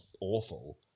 awful